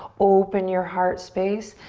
open your heart space.